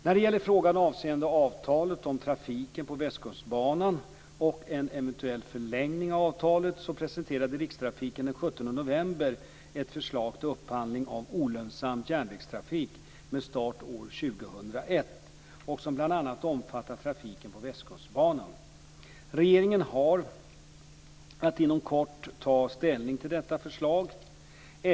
När det gäller frågan avseende avtalet om trafiken på Västkustbanan och en eventuell förlängning av avtalet presenterade Rikstrafiken den 17 november ett förslag till upphandling av olönsam järnvägstrafik med start år 2001. Det omfattar bl.a. trafiken på Västkustbanan. Regeringen har att inom kort ta ställning till detta förslag.